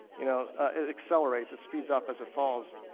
you know, it accelerates, it speeds up as it falls.